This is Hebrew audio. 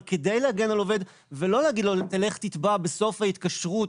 אבל כדי להגן על עובד ולא להגיד לו תלך תתבע בסוף ההתקשרות,